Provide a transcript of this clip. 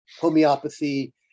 Homeopathy